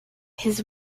his